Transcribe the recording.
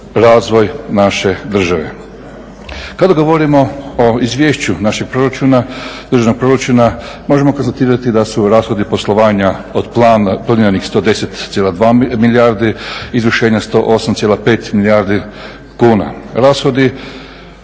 razvoj naše države. Kada govorimo o izvješću našeg državnog proračuna možemo konstatirati da su rashodi poslovanja od plana … 110,2 milijardi, izvršenja 10,5 milijardi kuna. Rashodi